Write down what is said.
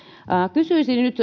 kysyisin nyt